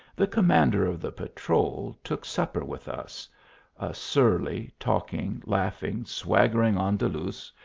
the com mander of the patrol took supper with us a surly, talking, laughing, swaggering andaluz,